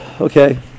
Okay